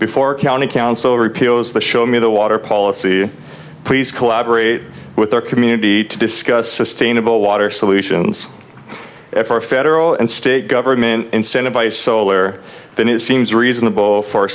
before county council repeals the show me the water policy please collaborate with their community to discuss sustainable water solutions for a federal and state government incentive by solar then it seems reasonable for